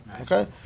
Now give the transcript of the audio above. Okay